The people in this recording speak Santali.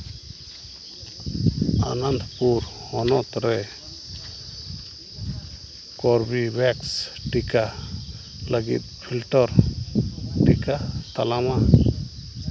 ᱚᱱᱚᱱᱛᱯᱩᱨ ᱦᱚᱱᱚᱛ ᱨᱮ ᱠᱳᱨᱵᱮᱵᱷᱮᱠᱥ ᱴᱤᱠᱟᱹ ᱞᱟᱹᱜᱤᱫ ᱯᱷᱤᱞᱴᱚᱨ ᱴᱤᱠᱟᱹ ᱛᱟᱞᱟᱢᱟ